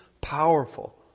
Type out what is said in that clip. powerful